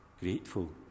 grateful